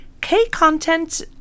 K-content